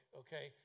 okay